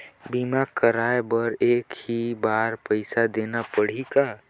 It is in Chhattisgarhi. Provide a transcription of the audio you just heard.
बीमा कराय बर एक ही बार पईसा देना पड़ही का?